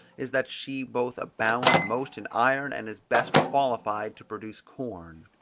is that she both abounds most in iron and is best qualified to produce corn.